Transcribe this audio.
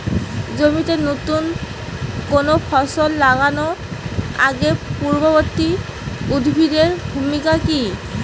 জমিতে নুতন কোনো ফসল লাগানোর আগে পূর্ববর্তী উদ্ভিদ এর ভূমিকা কি?